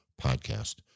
podcast